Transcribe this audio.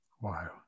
Wow